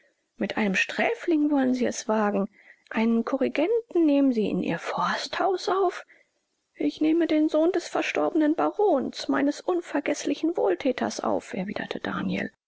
mit einem sträfling wollen sie das wagen einen corrigenden nehmen sie in ihr forsthaus auf ich nehme den sohn des verstorbenen barons meines unvergeßlichen wohlthäters auf erwiderte daniel